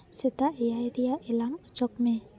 ᱥᱮᱛᱟᱜ ᱮᱭᱟᱭ ᱨᱮᱭᱟᱜ ᱮᱞᱟᱨᱢ ᱚᱪᱚᱜᱽ ᱢᱮ